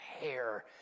hair